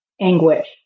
anguish